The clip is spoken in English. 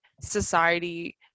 society